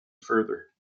further